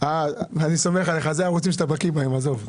אני סומך עליך, אלה ערוצים שאתה בקי בהם, עזוב.